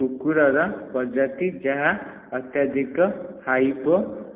କୁକୁରର ପ୍ରଜାତି ଯାହା ଅତ୍ୟଧିକ ହାଇପୋ